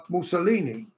Mussolini